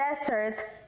desert